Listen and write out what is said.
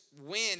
win